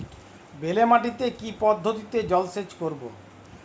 বেলে মাটিতে কি পদ্ধতিতে জলসেচ করব?